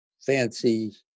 fancy